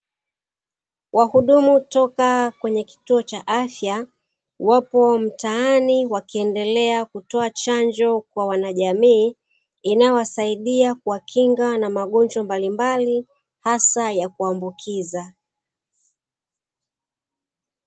Wahudumu toka kituo cha afya wapo mtaani, wakiendelea kutoa chanjo kwa wanajamii, inayowasaidia kuwakinga na magonjwa mbalimbali hasa ya kuambukiza.